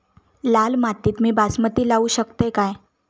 लाल मातीत मी बासमती लावू शकतय काय?